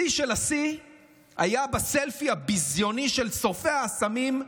השיא של השיא היה בסלפי הביזיוני של שורפי האסמים,